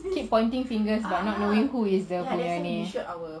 keep pointing fingers but no knowing who is the dia punya ni